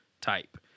type